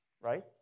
right